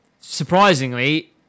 Surprisingly